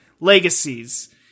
legacies